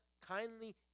kindly